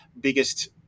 biggest